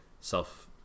self